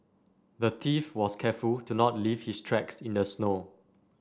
the thief was careful to not leave his tracks in the snow